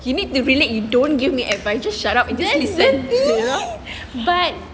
you need to relate you don't give me advise just shut up and just listen you know